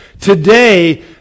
Today